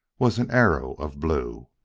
was an arrow of blue.